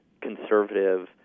conservative